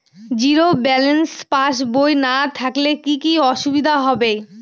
Zero balance পাসবই না থাকলে কি কী অসুবিধা হবে?